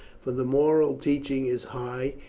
for the moral teaching is high,